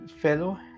fellow